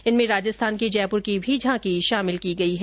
इनमें राजस्थान के जयपुर की भी झांकी शामिल की गई है